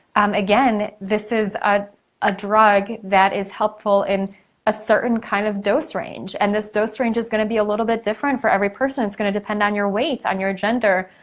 again, this is ah a drug that is helpful in a certain kind of dose range and this dose range is gonna be a little bit different for every person. it's gonna depend on your weight, on your gender,